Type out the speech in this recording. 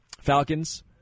Falcons